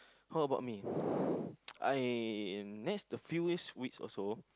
how about me I next the few weeks weeks also